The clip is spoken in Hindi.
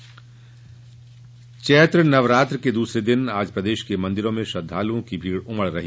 चैत्र नवरात्र चैत्र नवरात्र के दूसरे दिन आज प्रदेश के मंदिरों में श्रद्दालुओं की भीड़ उमड़ी रही